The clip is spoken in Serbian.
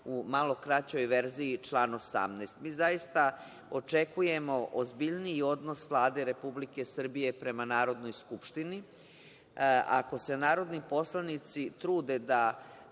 u malo kraćoj verziji član 18.Mi zaista očekujemo ozbiljniji odnos Vlade Republike Srbije prema Narodnoj skupštini. Ako se narodni poslanici trude da